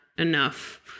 enough